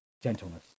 gentleness